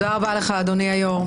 תודה רבה לך, אדוני היו"ר.